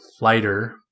lighter